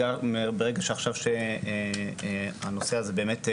ברגע שעכשיו הנושא הזה באמת,